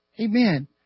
Amen